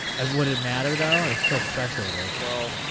ah would it matter though? it's so speculative. well,